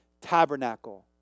tabernacle